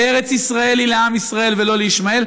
שארץ-ישראל היא לעם ישראל ולא לישמעאל,